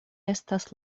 estas